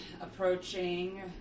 approaching